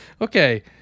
Okay